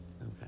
okay